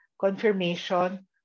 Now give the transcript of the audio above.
confirmation